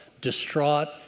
distraught